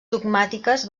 dogmàtiques